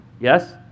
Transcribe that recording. Yes